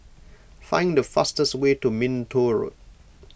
find the fastest way to Minto Road